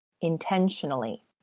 intentionally